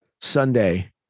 Sunday